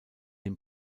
dem